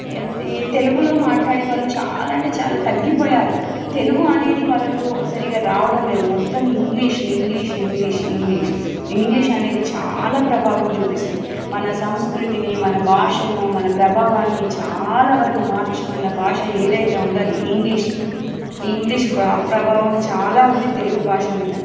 ఈ తెలుగులో మాట్లాడే వాళ్ళు చాలా అంటే చాలా తగ్గిపోయారు తెలుగు అనేది వాళ్ళకు సరిగా రావడం లేదు మొత్తం ఇంగ్లీష్ ఇంగ్లీష్ ఇంగ్లీష్ ఇంగ్లీష్ అనేది చాలా ప్రభావం చూపిస్తుంది మన సంస్కృతిని మన భాషను మన ప్రభావాన్ని చాలా వరకు మార్చుతున్న భాష ఏదైతో ఉందో అది ఇంగ్లీష్ ఇంగ్లీష్ బా ప్రభావం చాలా ఉంది తెలుగు భాష మీద